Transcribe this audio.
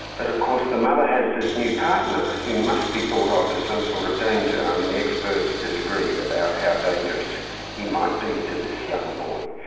but of course the mother has this new partner, who must be thought of as some sort of danger. i mean the experts disagree about how dangerous he might be to this young boy.